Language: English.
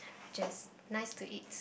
which is nice to eat